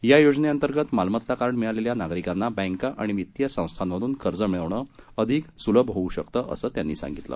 या योजनेअंतर्गत मालमत्ता कार्ड मिळालेले नागरिकांना बँका आणि वित्तीय संस्थांमधून कर्ज मिळवणं अधिक सुलभ होऊ शकतं असं त्यांनी सांगितलं